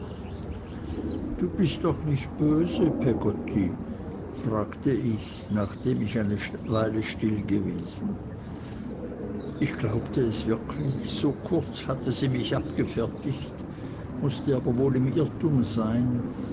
du bist doch nicht böse peggotty fragte ich nachdem ich eine weile still gewesen ich glaubte es wirklich so kurz hatte sie mich abgefertigt mußte aber wohl im irrtum sein